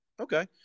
Okay